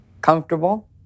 comfortable